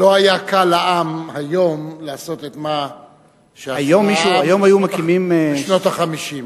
לא היה קל לעם לעשות היום את מה שעשו בשנות ה-50.